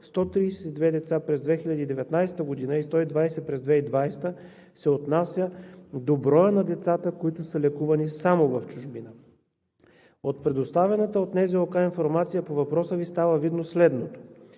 132 деца през 2019 г. и 120 деца през 2020 г., се отнася до броя на децата, които са лекувани само в чужбина. От предоставената от НЗОК информация по въпроса Ви става видно следното: